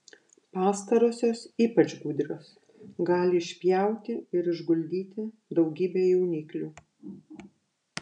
pastarosios ypač gudrios gali išpjauti ir išguldyti daugybę jauniklių